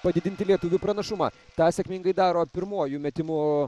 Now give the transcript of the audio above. padidinti lietuvių pranašumą tą sėkmingai daro pirmuoju metimu